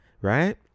right